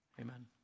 Amen